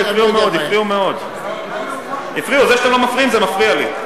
הפריעו מאוד, זה שאתם לא מפריעים זה מפריע לי.